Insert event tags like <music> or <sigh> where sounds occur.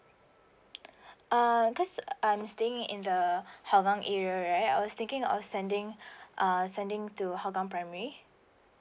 <breath> err cause I am staying in the <breath> hougang area right I was thinking of sending <breath> uh sending to hougang primary